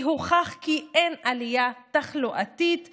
הוכח כי אין עלייה משמעותית